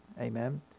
Amen